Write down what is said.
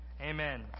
Amen